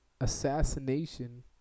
Assassination